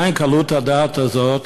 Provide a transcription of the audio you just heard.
מהי קלות הדעת הזאת,